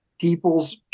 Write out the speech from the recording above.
People's